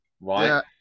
right